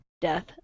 death